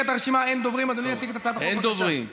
התשע"ח 2018,